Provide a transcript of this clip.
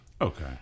Okay